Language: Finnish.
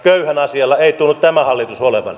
köyhän asialla ei tunnu tämä hallitus olevan